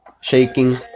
shaking